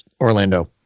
Orlando